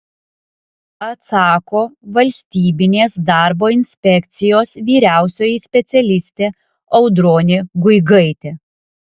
atsako valstybinės darbo inspekcijos vyriausioji specialistė audronė guigaitė